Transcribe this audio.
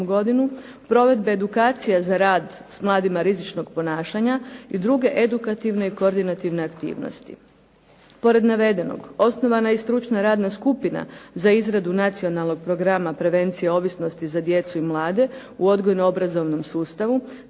godinu, provedbe edukacija za rad s mladima rizičnog ponašanja i druge edukativne i koordinativne aktivnosti. Pored navedenog, osnovana je i Stručna radna skupina za izradu Nacionalnog programa prevencije ovisnosti za djecu i mlade u odgojno-obrazovnom sustavu